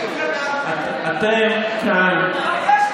אתם כאן,